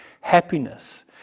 happiness